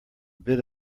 bit